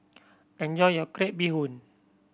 enjoy your crab bee hoon